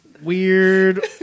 Weird